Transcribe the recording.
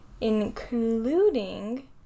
including